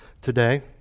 today